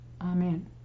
Amen